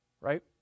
Right